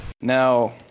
Now